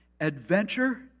Adventure